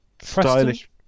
stylish